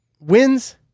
wins